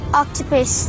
octopus